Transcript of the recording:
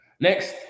Next